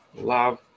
love